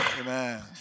Amen